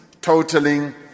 totaling